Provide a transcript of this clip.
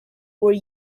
were